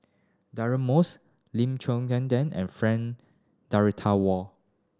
Deirdre Moss Lim Quee and Frank Dorrington Ward